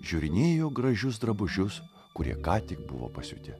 žiūrinėjo gražius drabužius kurie ką tik buvo pasiuti